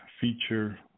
feature